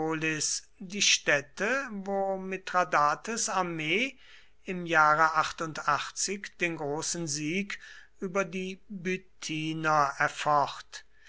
die stätte wo mithradates armee im jahre den großen sieg über die bithyner erfocht